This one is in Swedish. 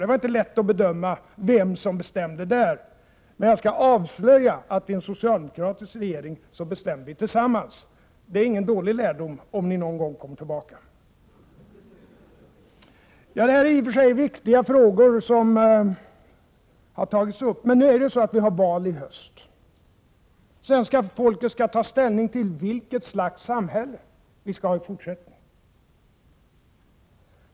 Det var inte lätt att bedöma vem som bestämde i den. Men jag skall avslöja att i en socialdemokratisk regering bestämmer vi tillsammans. Det är ingen dålig lärdom, om ni någon gång kommer tillbaka. Viktiga frågor har tagits uppi debatten, och i höst är det val. Svenska folket skall ta ställning till vilket slags samhälle man vill ha i fortsättningen.